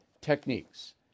techniques